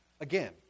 again